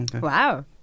Wow